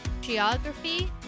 Geography